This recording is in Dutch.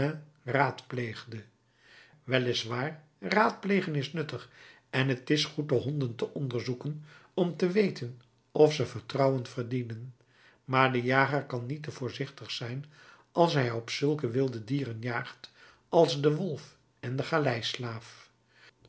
is waar raadplegen is nuttig en t is goed de honden te onderzoeken om te weten of ze vertrouwen verdienen maar de jager kan niet te voorzichtig zijn als hij op zulke wilde dieren jaagt als de wolf en den